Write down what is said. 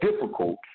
difficult